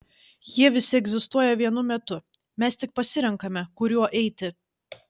jie visi egzistuoja vienu metu mes tik pasirenkame kuriuo eiti